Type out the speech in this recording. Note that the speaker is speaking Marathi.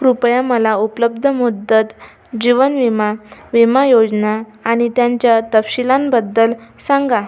कृपया मला उपलब्ध मुदत जीवन विमा विमा योजना आणि त्यांच्या तपशीलांबद्दल सांगा